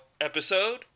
episode